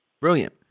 Brilliant